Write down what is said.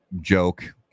joke